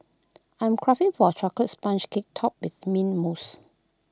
I am craving for A Chocolate Sponge Cake Topped with Mint Mousse